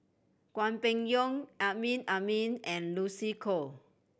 Hwang Peng Yuan Amrin Amin and Lucy Koh